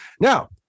now